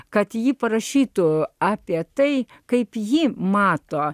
kad ji parašytų apie tai kaip ji mato